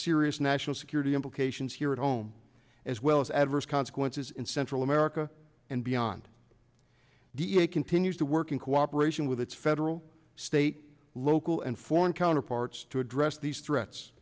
serious national security implications here at home as well as adverse consequences in central america and beyond the it continues to work in cooperation with its federal state local and foreign counterparts to address these threats